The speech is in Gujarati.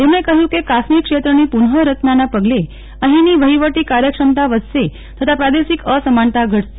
તેમણે કહ્યુ કે કાશ્મીર ક્ષેત્રની પુન રચનાના પગલે અફીની વફીવટી કાર્યક્ષમતા વધશે તથા પ્રાદેશિક અસમાનતા ઘટશે